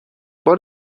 بار